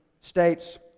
states